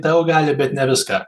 daug gali bet ne viską